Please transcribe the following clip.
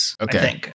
Okay